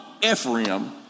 Ephraim